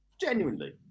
genuinely